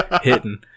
hitting